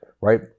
right